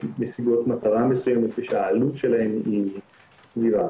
משיגות מטרה מסוימת ושהעלות שלהן היא סבירה.